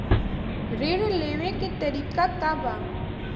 ऋण लेवे के तरीका का बा?